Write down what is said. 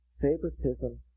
Favoritism